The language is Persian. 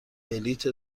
بلیط